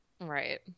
Right